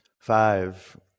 Five